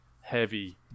heavy